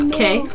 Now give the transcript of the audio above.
Okay